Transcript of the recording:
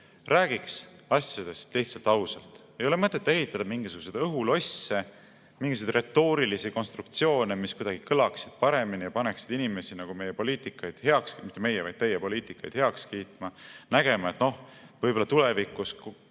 Räägiks asjadest lihtsalt ausalt. Ei ole mõtet ehitada mingisuguseid õhulosse, mingisuguseid retoorilisi konstruktsioone, mis kõlaksid kuidagi paremini ja paneksid inimesi meie poliitikat – mitte meie, vaid teie poliitikat – heaks kiitma, nägema, et noh, võib-olla terendab